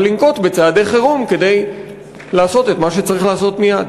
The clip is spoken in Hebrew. אבל לנקוט צעדי חירום כדי לעשות את מה שצריך לעשות מייד.